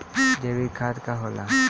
जैवीक खाद का होला?